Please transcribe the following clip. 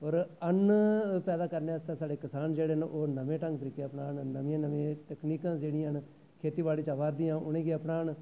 और अन्न कमाने आस्तै साढ़े कसान भ्रा नमें तरीके अनान नमियां नमियां तकनीकां जेह्ड़ियां न खेती बाड़ी बडान और